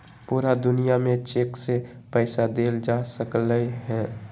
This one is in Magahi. पूरा दुनिया में चेक से पईसा देल जा सकलई ह